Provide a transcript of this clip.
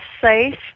safe